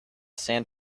sand